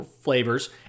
flavors